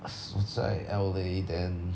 我在 L_A then